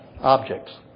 objects